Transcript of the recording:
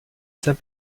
saint